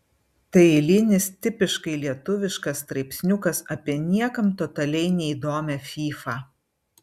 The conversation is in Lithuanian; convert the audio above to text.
tai eilinis tipiškai lietuviškas straipsniukas apie niekam totaliai neįdomią fyfą